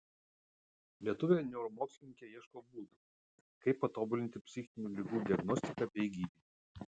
lietuvė neuromokslininkė ieško būdų kaip patobulinti psichinių ligų diagnostiką bei gydymą